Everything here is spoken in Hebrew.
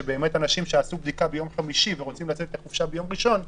שבאמת אנשים שעשו בדיקה ביום חמישי ורוצים לצאת לחופשה ביום ראשון,